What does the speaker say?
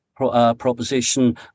proposition